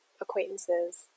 acquaintances